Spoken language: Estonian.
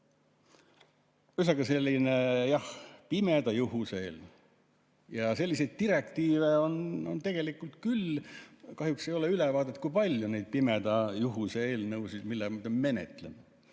Ühesõnaga, selline, jah, pimeda juhuse eelnõu. Selliseid direktiive on tegelikult küll. Kahjuks ei ole ülevaadet, kui palju on neid pimeda juhuse eelnõusid, mida me menetleme,